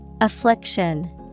Affliction